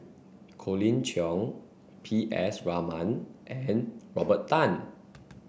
Colin Cheong P S Raman and Robert Tan